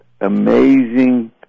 amazing